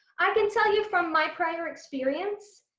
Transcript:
i can tell you from my prior experience,